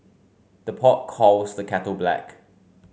the pot calls the kettle black